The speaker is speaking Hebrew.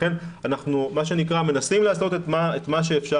לכן אנחנו מנסים לעשות את מה שאפשר,